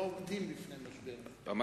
לא עומדים בפני משבר.